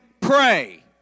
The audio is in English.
pray